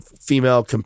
female